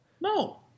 No